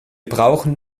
brauchen